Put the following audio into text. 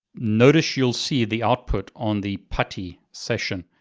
notice you'll see the output on the putty session,